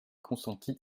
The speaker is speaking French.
consenti